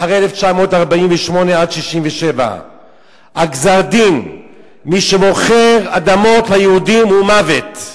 אחרי 1948 עד 1967. גזר-הדין למי שמוכר אדמות ליהודים הוא מוות.